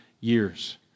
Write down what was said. years